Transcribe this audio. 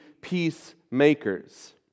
peacemakers